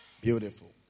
Beautiful